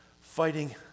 fighting